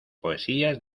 poesías